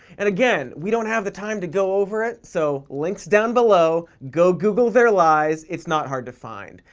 and again, we don't have the time to go over it. so, links down below. go google their lies. it's not hard to find.